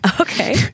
Okay